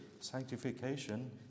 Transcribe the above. Sanctification